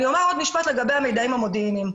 אני אומר עוד משפט לגבי המידעים המודיעיניים.